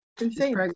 Insane